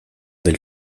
del